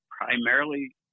primarily